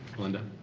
glenda.